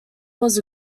was